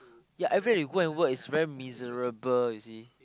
ya everyday you go and work is very miserable you see